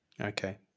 Okay